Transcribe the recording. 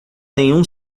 nenhum